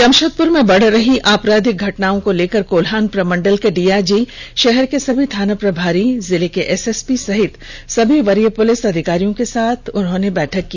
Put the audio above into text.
जमषेदपुर में बढ़ रही आपराधिक घटनाओं को लेकर कोल्हान प्रमंडल के डीआइजी ने शहर के सभी थाना प्रभारी जिले के एसएसपी सहित सभी वरीय पुलिस अधिकारियों के साथ बैठक की